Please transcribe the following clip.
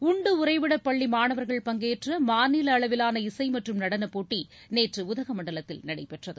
உண்டு உறைவிடப்பள்ளி மாணவர்கள் பஙகேற்ற மாநில அளவிலான இசை மற்றும் நடனப்போட்டி நேற்று உதகமண்டலத்தில் நடைபெற்றது